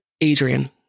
Adrian